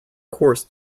course